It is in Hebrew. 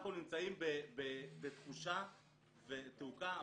אנחנו נמצאים בתחושה ותעוקה,